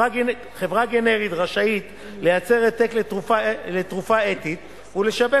חברה גנרית רשאית לייצר העתק לתרופה אתית ולשווק